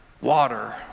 water